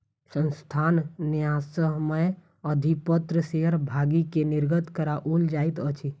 संस्थान न्यायसम्य अधिपत्र शेयर भागी के निर्गत कराओल जाइत अछि